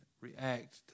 react